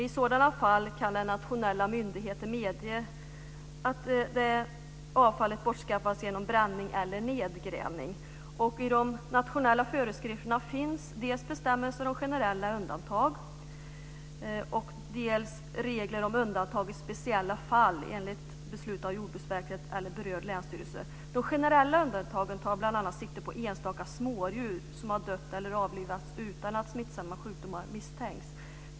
I sådana fall kan den nationella myndigheten medge att avfallet bortskaffas genom förbränning eller nedgrävning. I de nationella föreskrifterna finns dels bestämmelser om generella undantag, dels regler om undantag i speciella fall enligt beslut av Jordbruksverket eller berörd länsstyrelse. De generella undantagen tar bl.a. sikte på enstaka smådjur som har dött eller avlivats utan att smittsamma sjukdomar har misstänkts.